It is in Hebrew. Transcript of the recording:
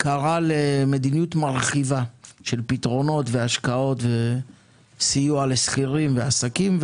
הוא קרא למדיניות מרחיבה של פתרונות והשקעות וסיוע לשכירים ועסקים,